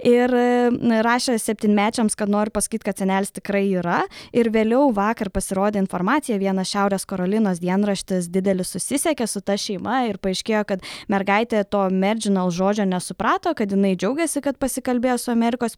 ir na ir rašė septynmečiams kad nori pasakyt kad senelis tikrai yra ir vėliau vakar pasirodė informacija vienas šiaurės karolinos dienraštis didelis susisiekė su ta šeima ir paaiškėjo kad mergaitė to merdžinal žodžio nesuprato kad jinai džiaugiasi kad pasikalbėjo su amerikos